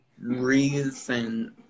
reason